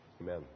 Amen